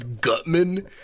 Gutman